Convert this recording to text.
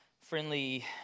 friendly